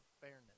fairness